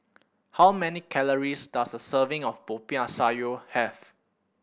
how many calories does a serving of Popiah Sayur have